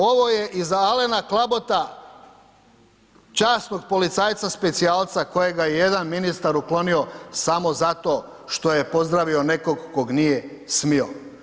Ovo je i za Alena Klabota, časnog policajca specijalca kojega je jedan ministar uklonio samo zato što je pozdravio nekog kog nije smio.